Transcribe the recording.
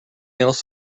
else